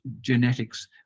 genetics